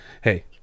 hey